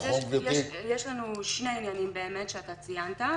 יש לנו שני עניינים שאתה ציינת.